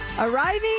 arriving